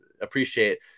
appreciate